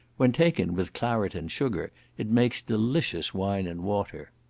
when taken with claret and sugar it makes delicious wine and water.